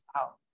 out